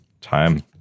time